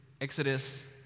Exodus